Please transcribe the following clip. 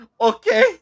okay